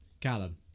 Callum